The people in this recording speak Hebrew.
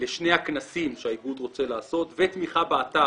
לשני הכנסים שהאיגוד רוצה לעשות ותמיכה באתר,